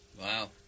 Wow